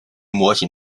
模型